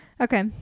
Okay